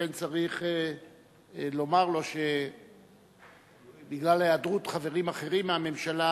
ולכן צריך לומר לו שבגלל היעדרות חברים אחרים מהממשלה,